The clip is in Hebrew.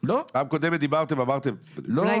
--- לא הגדרנו.